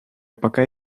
пока